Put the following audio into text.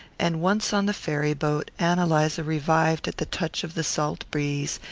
and once on the ferry-boat ann eliza revived at the touch of the salt breeze,